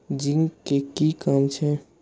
Zinc के कि काम छै?